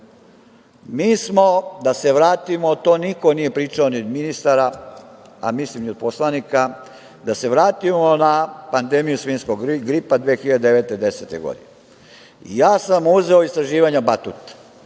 Mi smo, da se vratimo, to niko nije pričao od ministara, a mislim ni od poslanika, da se vratimo na pandemiju svinjskog gripa 2009, 2010. godine. Ja sam uzeo istraživanja „Batut“.